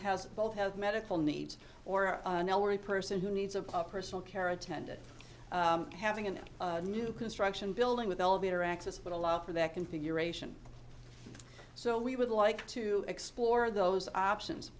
has both have medical needs or an elderly person who needs a personal care attendant having in that new construction building with elevator access would allow for that configuration so we would like to explore those options